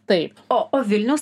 tai o o vilnius